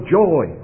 joy